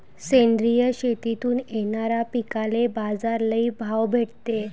सेंद्रिय शेतीतून येनाऱ्या पिकांले बाजार लई भाव भेटते